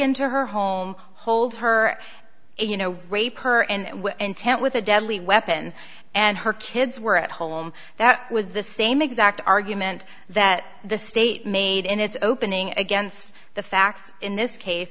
into her home hold her you know raped her and with intent with a deadly weapon and her kids were at home that was the same exact argument that the state made in its opening against the facts in this case